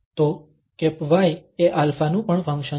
તો y એ α નું પણ ફંક્શન છે